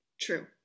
True